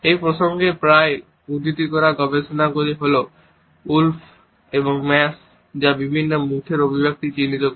এই প্রসঙ্গে প্রায়ই উদ্ধৃত করা গবেষণাটি হল উলফ এবং ম্যাস যা বিভিন্ন মুখের অভিব্যক্তি চিহ্নিত করে